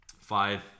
five